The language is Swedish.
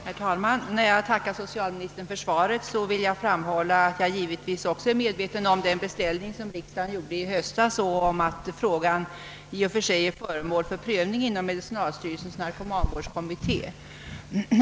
Herr talman! När jag tackar herr statsrådet för svaret, vill jag framhålla att jag givetvis också är medveten om den beställning som riksdagen gjorde i höstas och om att frågan i och för sig är föremål för prövning inom medicinalstyrelsens narkomanvårdskommitté.